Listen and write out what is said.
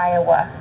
Iowa